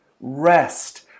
rest